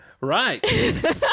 right